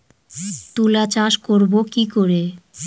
তুলা চাষ করব কি করে?